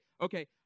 okay